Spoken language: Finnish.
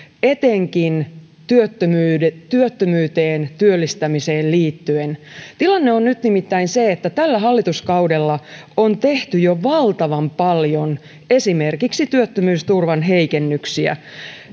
etenkin työttömyyteen työttömyyteen työllistämiseen liittyen tilanne on nyt nimittäin se että tällä hallituskaudella on tehty jo valtavan paljon esimerkiksi työttömyysturvan heikennyksiä